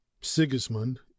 Sigismund